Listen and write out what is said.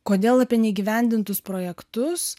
kodėl apie neįgyvendintus projektus